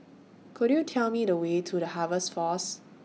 Could YOU Tell Me The Way to The Harvest Force